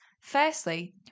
Firstly